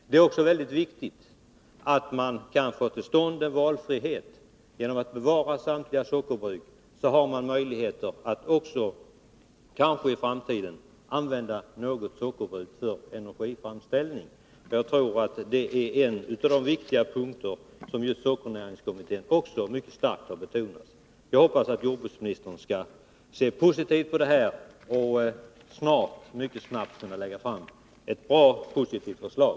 Det är också väldigt viktigt att kunna få till stånd en valfrihet. Genom att 2 bevara samtliga sockerbruk har man kanske möjligheter att i framtiden använda något sockerbruk för energiframställning. Det är en av de viktiga punkter som sockernäringskommittén mycket starkt har betonat. Jag hoppas att jordbruksministern skall se positivt på frågan och mycket snabbt kunna lägga fram ett positivt förslag.